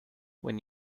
when